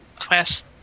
quest